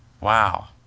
wow